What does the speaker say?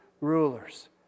rulers